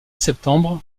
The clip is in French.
septembre